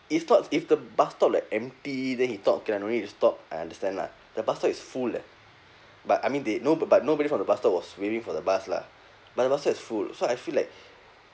it's not if the bus stop like empty then he thought okay lah no need to stop I understand lah the but stop is full leh but I mean they know b~ but nobody from the bus stop was waiting for the bus lah but the bus stop is full so I feel like